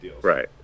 Right